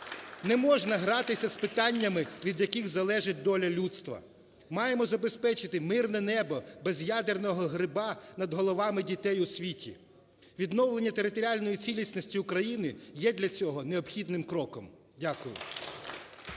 Не можна гратися з питаннями, від яких залежить доля людства. Маємо забезпечити мирне небо без ядерного гриба над головами дітей у світі. Відновлення територіальної цілісності України є для цього необхідним кроком. Дякую.